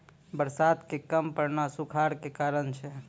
बरसात के कम पड़ना सूखाड़ के कारण छै